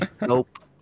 Nope